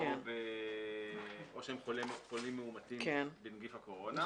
או שהם חולים מאומתים בנגיף הקורונה,